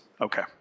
okay